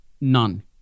None